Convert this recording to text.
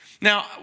Now